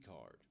card